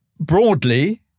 Broadly